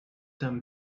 them